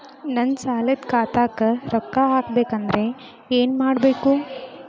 ನನ್ನ ಸಾಲದ ಖಾತಾಕ್ ರೊಕ್ಕ ಹಾಕ್ಬೇಕಂದ್ರೆ ಏನ್ ಮಾಡಬೇಕು?